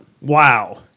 Wow